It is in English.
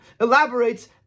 elaborates